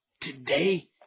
today